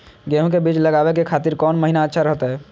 गेहूं के बीज लगावे के खातिर कौन महीना अच्छा रहतय?